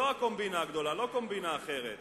זו הקומבינה הגדולה, לא קומבינה אחרת.